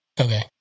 Okay